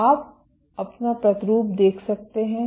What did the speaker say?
तो आप अपना प्रतिरूप देख सकते हैं